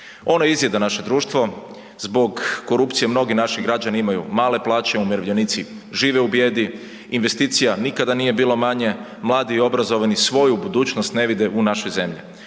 Ono izjeda naše društvo zbog korupcije mnogi naši građani imaju male plaće, umirovljenici žive u bijedi, investicija nikada nije bilo manje, mladi i obrazovni svoju budućnost ne vide u našoj zemlji.